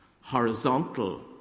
horizontal